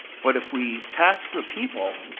but if we tax the people,